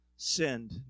sinned